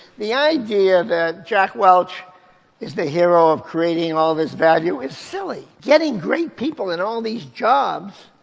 the idea that jack welch is the hero of creating all this value is silly. getting great people in all these jobs,